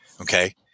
okay